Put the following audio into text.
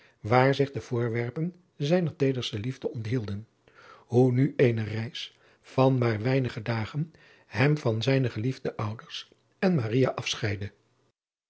waar zich de voorwerpen zijner teederste liefde onthielden hoe nu eene reis van maar weinige dagen hem van zijne geliefde ouders en afscheidde